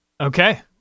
Okay